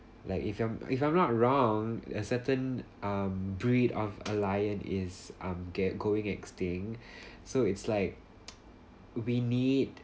like if I'm if I'm not wrong a certain um breed of a lion is um get going extinct so it's like do we need